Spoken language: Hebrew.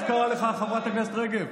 איך קראה לך חברת הכנסת רגב?